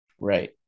Right